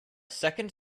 second